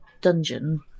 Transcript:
dungeon